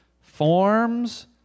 Forms